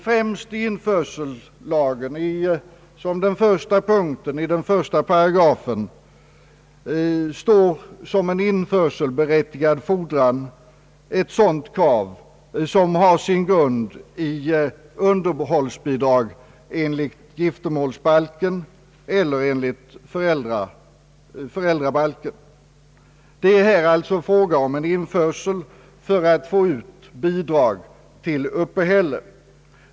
Främst i införsellagen, som den första punkten i den första paragrafen, står som införselberättigad fordran krav, som har sin grund i underhållsbidrag enligt giftermålsbalken eller föräldrabalken. Det är alltså fråga om en införsel för att få ut bidrag till uppehälle.